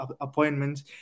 appointments